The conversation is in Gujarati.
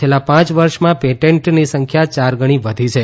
છેલ્લાં પાંચ વર્ષમાં પેટેન્ટની સંખ્યા ચાર ગણી વધી છે